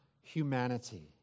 humanity